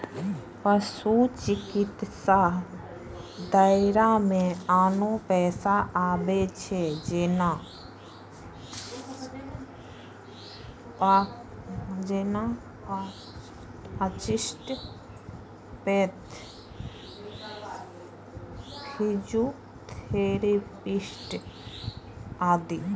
पशु चिकित्साक दायरा मे आनो पेशा आबै छै, जेना आस्टियोपैथ, फिजियोथेरेपिस्ट आदि